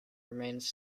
remains